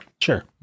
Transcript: sure